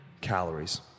calories